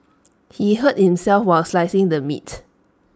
he hurt himself while slicing the meat